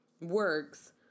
works